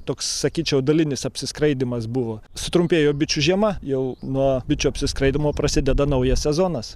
toks sakyčiau dalinis apsiskraidymas buvo sutrumpėjo bičių žiema jau nuo bičių apsiskraidymo prasideda naujas sezonas